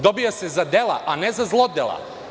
Dobija se za dela a ne za zlodela.